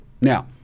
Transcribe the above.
Now